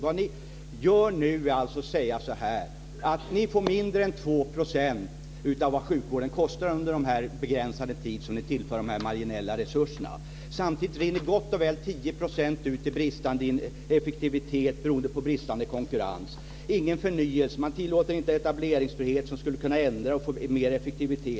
Vad ni gör nu är att säga: Ni får mindre än 2 % av vad sjukvården kostar under den begränsade tid då ni tillför de här marginella resurserna. Samtidigt rinner gott och väl 10 % ut i bristande effektivitet beroende på dålig konkurrens. Det finns ingen förnyelse. Man tillåter inte en etableringsfrihet som skulle kunna göra så att vi fick mer effektivitet.